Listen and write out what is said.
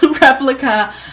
replica